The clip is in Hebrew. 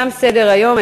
תם סדר-היום.